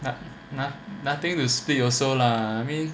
nothing to split also lah